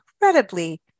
incredibly